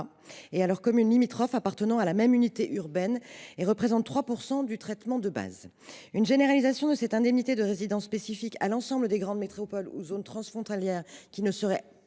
qu’à leurs communes limitrophes appartenant à la même unité urbaine, et représente 3 % du traitement de base. Une généralisation de cette indemnité de résidence spécifique à l’ensemble des grandes métropoles ou zones transfrontalières qui ne seraient